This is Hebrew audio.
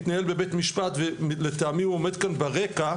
מתנהל בבית משפט ולטעמי הוא עומד כאן ברקע,